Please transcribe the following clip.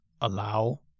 allow